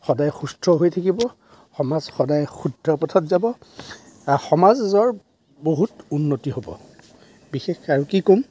সদায় সুস্থ হৈ থাকিব সমাজ সদায় শুদ্ধ পথত যাব সমাজৰ বহুত উন্নতি হ'ব বিশেষ আৰু কি ক'ম